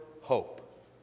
Hope